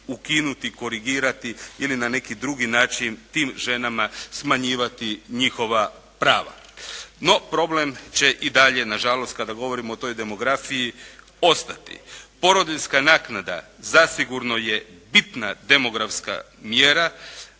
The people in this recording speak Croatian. ukinuti, korigirati ili na neki drugi način tim ženama smanjivati njihova prava. No problem će i dalje nažalost kada govorimo o toj demografiji ostati. Porodiljska naknada zasigurno je bitna demografska mjera.